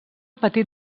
petit